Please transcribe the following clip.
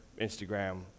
Instagram